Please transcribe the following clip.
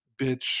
bitch